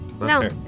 no